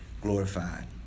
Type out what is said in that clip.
glorified